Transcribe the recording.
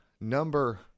number